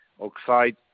oxide